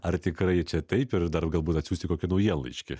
ar tikrai čia taip ir dar galbūt atsiųsti kokį naujienlaiškį